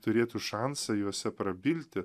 turėtų šansą juose prabilti